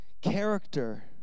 character